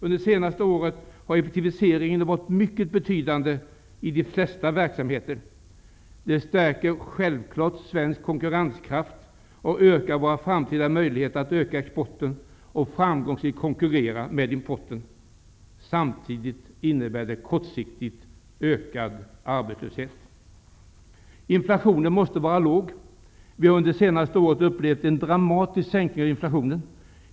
Under det senaste året har effektiviseringen varit mycket betydande i de flesta verksamheter. Detta stärker självklart svensk konkurrenskraft och ökar våra framtida möjligheter att öka exporten och framgångsrikt konkurrera med importen. Samtidigt innebär detta kortsiktigt ökad arbetslöshet. Inflationen måste vara låg. Vi har under det senaste året upplevt en dramatisk sänkning av inflationen.